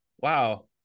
wow